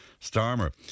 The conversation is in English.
Starmer